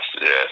yes